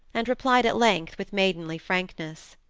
and replied at length with maidenly frankness.